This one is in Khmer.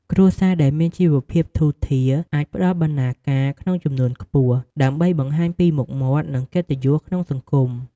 គ្រួសារដែលមានជីវភាពធូរធារអាចផ្តល់បណ្ណាការក្នុងចំនួនខ្ពស់ ដើម្បីបង្ហាញពីមុខមាត់ និងកិត្តិយសក្នុងសង្គម។